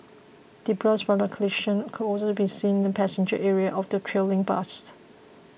debris from the collision could also be seen in the passenger area of the trailing bus